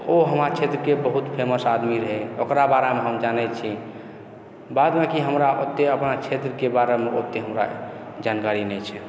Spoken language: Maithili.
ओ हमरा क्षेत्रके बहुत फेमस आदमी रहै ओकरा बारेमे हम जानै छियै बाद बाकि हमरा ओते अपना क्षेत्रके बारेमे ओते हमरा जानकारी नहि छै